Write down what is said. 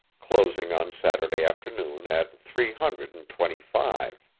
closing on saturday afternoon at three hundred and twenty-five.